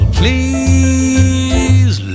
please